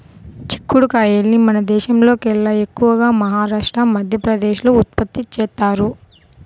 చిక్కుడు కాయల్ని మన దేశంలోకెల్లా ఎక్కువగా మహారాష్ట్ర, మధ్యప్రదేశ్ లో ఉత్పత్తి చేత్తారు